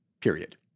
period